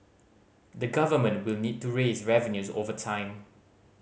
the Government will need to raise revenues over time